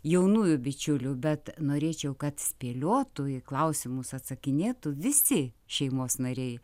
jaunųjų bičiulių bet norėčiau kad spėliotų į klausimus atsakinėtų visi šeimos nariai